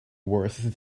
worth